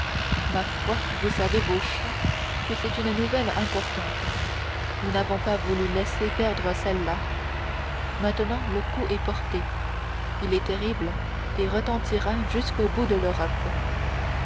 ma foi vous savez beauchamp ce que c'est qu'une nouvelle importante nous n'avons pas voulu laisser perdre celle-là maintenant le coup est porté il est terrible et retentira jusqu'au bout de l'europe